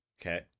Okay